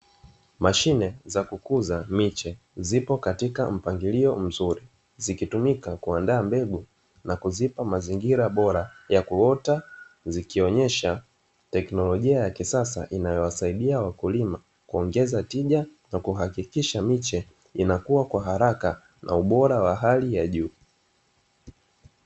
Mashine za kukuzia miche zipo katika mpangilio mzuri zikitumika kwa kuandaa mbegu na kuzipa mazingira bora ya kuota, zikionesha teknolojia ya kisasa inayowasaidia wakulima kuongeza tija na kuhakikisha miche inakua kwa haraka na ubora wa hali ya juu.